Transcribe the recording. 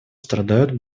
страдают